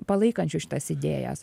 palaikančių šitas idėjas